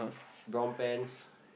brown pants